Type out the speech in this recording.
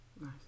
Nice